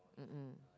mm mm